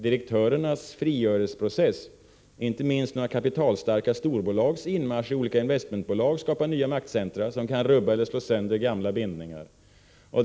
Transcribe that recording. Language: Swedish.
Direktörernas frigörelseprocess, inte minst några kapitalstarka storbolags inmarsch i olika investmentbolag, skapar nya maktcentra som kan rubba eller slå sönder gamla bindningar.